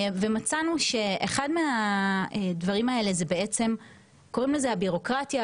ומצאנו שאחד הדברים הוא מה שקוראים הבירוקרטיה,